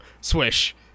swish